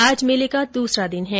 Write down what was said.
आज मेले का दूसरा दिन है